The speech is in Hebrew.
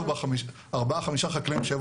ארבעה-חמישה חקלאים.